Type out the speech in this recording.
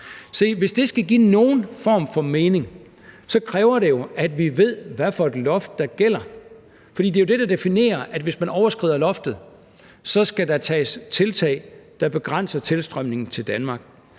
hvis det skal give nogen form for mening, kræver det jo, at vi ved, hvad for et loft der gælder. For det er jo det, der definerer, at der, hvis man overskrider loftet, skal tages tiltag, der begrænser tilstrømningen til Danmark.